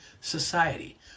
society